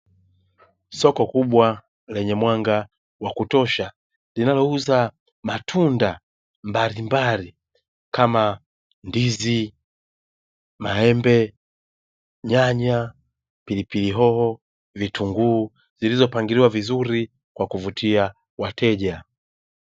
Soko kubwa lenye mwanga wa kutosha linalouza matunda mbalimbali kama: ndizi, maembe, nyanya, pilipili hoho, vitunguu, zilizopangiliwa vizuri kwa kuvutia wateja.